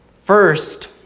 First